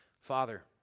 Father